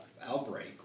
outbreak